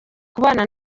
kubana